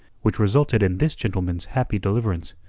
which resulted in this gentleman's happy deliverance.